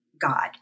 God